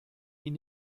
ihn